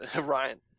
Ryan